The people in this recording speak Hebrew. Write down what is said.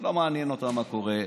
לא מעניין אותם מה קורה.